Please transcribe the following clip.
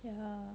ya